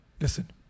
Listen